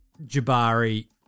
Jabari